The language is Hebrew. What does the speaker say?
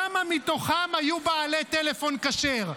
כמה מתוכם היו בעלי טלפון כשר?